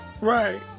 Right